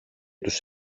τους